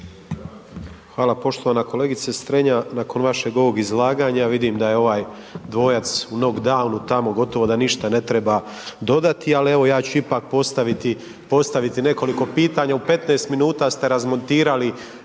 Hvala. Poštovana kolegice Strenja, nakon vašeg ovog izlaganja vidim da je ovaj dvoja u knockdownu tamo, gotovo da ništa ne treba dodati, ali evo ja ću ipak postaviti nekoliko pitanja u 15 minuta ste razmontirali